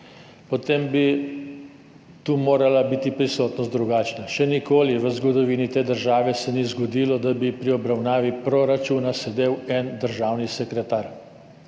potem bi tu morala biti prisotnost drugačna. Še nikoli v zgodovini te države se ni zgodilo, da bi pri obravnavi proračuna sedel en državni sekretar.